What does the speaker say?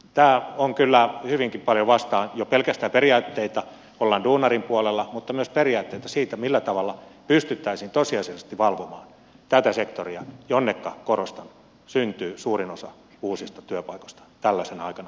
tämä on kyllä hyvinkin paljon vastaan jo pelkästään periaatteita olla duunarin puolella mutta myös periaatteita siitä millä tavalla pystyttäisiin tosiasiallisesti valvomaan tätä sektoria jonneka korostan syntyy suurin osa uusista työpaikoista tällaisena aikana missä nyt eletään